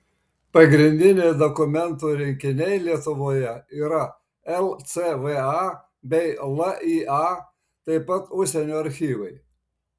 pagrindiniai dokumentų rinkiniai lietuvoje yra lcva bei lya taip pat užsienio archyvai